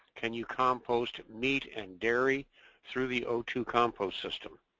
can you compost meat and dairy through the o two compost system?